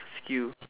skill